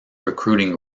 recruiting